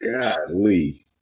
Golly